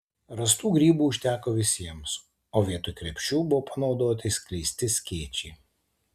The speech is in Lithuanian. rastų grybų užteko visiems o vietoj krepšių buvo panaudoti išskleisti skėčiai